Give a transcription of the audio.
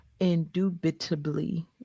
Indubitably